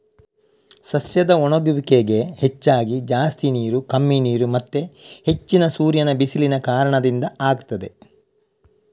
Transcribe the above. ಸಸ್ಯದ ಒಣಗುವಿಕೆಗೆ ಹೆಚ್ಚಾಗಿ ಜಾಸ್ತಿ ನೀರು, ಕಮ್ಮಿ ನೀರು ಮತ್ತೆ ಹೆಚ್ಚಿನ ಸೂರ್ಯನ ಬಿಸಿಲಿನ ಕಾರಣದಿಂದ ಆಗ್ತದೆ